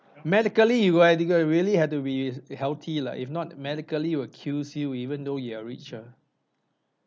medically you gotta you gotta really had to be healthy lah if not medically will kills you even though you are rich ah